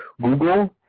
google